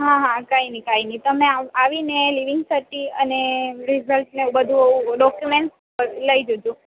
હાં હાં કાંઈ નઈ કાંઈની તમે આવીને લિવિંગ સર્ટિ અને રીઝલ્ટ અને એવું બધું ડોક્યુમેન્ટ લઈ જજો